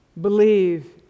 believe